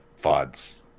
FODs